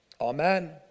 Amen